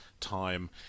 time